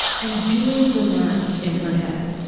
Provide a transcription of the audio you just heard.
and doing the math in her head,